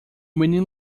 menino